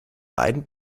beiden